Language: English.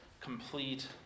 complete